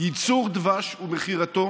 ייצור דבש ומכירתו